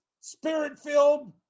spirit-filled